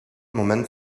moment